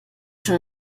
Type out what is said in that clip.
schon